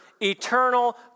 eternal